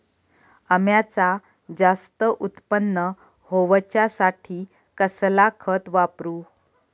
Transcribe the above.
अम्याचा जास्त उत्पन्न होवचासाठी कसला खत वापरू?